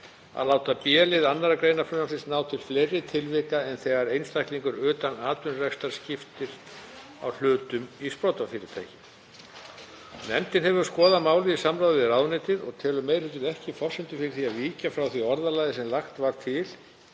að láta b-lið 2. gr. frumvarpsins ná til fleiri tilvika en þegar einstaklingur utan atvinnurekstrar skiptir á hlutum í sprotafyrirtækjum. Nefndin hefur skoðað málið í samráði við ráðuneytið og telur meiri hlutinn ekki forsendur fyrir því að víkja frá því orðalagi sem lagt var til